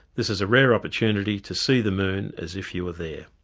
this is a rare opportunity to see the moon as if you were there.